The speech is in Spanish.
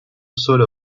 sólo